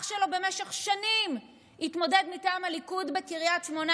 אח שלו במשך שנים התמודד מטעם הליכוד בקריית שמונה.